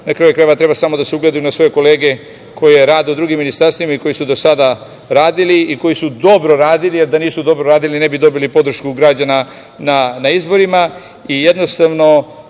na kraju krajeva treba samo da se ugledaju na svoje kolege koje rade u drugim ministarstvima i koji su do sada radili i koji su dobro radili, a da nisu dobro radili ne bi dobili podršku građana na